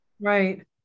Right